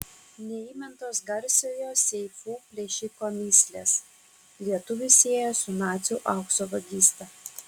neįmintos garsiojo seifų plėšiko mįslės lietuvį sieja su nacių aukso vagyste